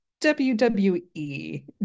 WWE